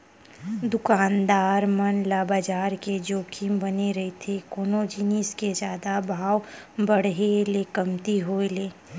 दुकानदार मन ल बजार के जोखिम बने रहिथे कोनो जिनिस के जादा भाव बड़हे ले कमती होय ले